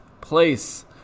place